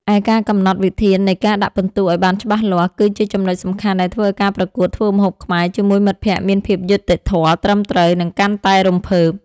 ឯការកំណត់វិធាននៃការដាក់ពិន្ទុឱ្យបានច្បាស់លាស់ គឺជាចំណុចសំខាន់ដែលធ្វើឱ្យការប្រកួតធ្វើម្ហូបខ្មែរជាមួយមិត្តភក្តិមានភាពយុត្តិធម៌ ត្រឹមត្រូវ និងកាន់តែរំភើប។